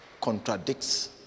contradicts